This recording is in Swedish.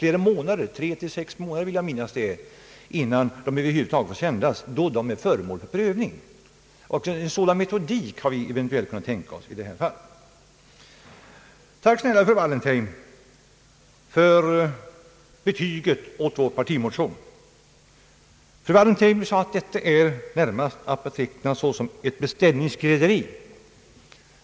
Jag vill minnas att programmen är föremål för prövning tre—sex månader i förväg. En sådan metodik har vi eventuellt kunnat tänka oss i detta fall. Tack snälla fru Wallentheim för betyget åt vår partimotion! Fru Wallentheim sade att den närmast är att beteckna som ett beställningsskrädderi.